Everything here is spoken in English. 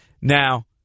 Now